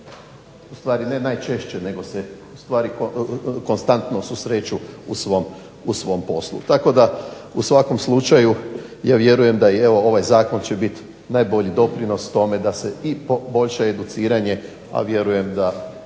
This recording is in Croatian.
u stvari ne najčešće nego se u stvari konstantno susreću u svom poslu. Tako da u svakom slučaju ja vjerujem da i evo ovaj Zakon će biti najbolji doprinos tome da se i poboljša i educiranje, a vjerujem da